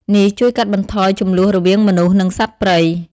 នេះជួយកាត់បន្ថយជម្លោះរវាងមនុស្ស និងសត្វព្រៃ។